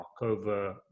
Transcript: over